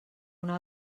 una